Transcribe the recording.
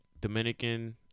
Dominican